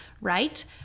right